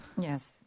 Yes